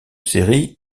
série